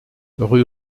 rue